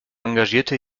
engagierte